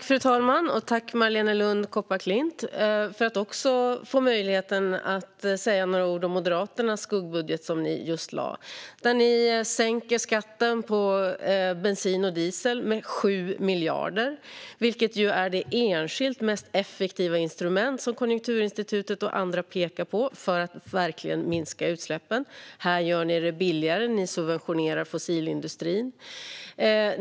Fru talman! Jag tackar Marléne Lund Kopparklint för att jag får möjligheten att säga några ord om Moderaternas skuggbudget, som de just lade fram. Ni i Moderaterna sänker skatten på bensin och diesel med 7 miljarder. Denna skatt är det enskilt mest effektiva instrument som Konjunkturinstitutet och andra pekar på för att minska utsläppen. Här gör ni det billigare. Ni subventionerar fossilindustrin.